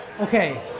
Okay